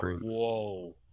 whoa